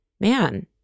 Man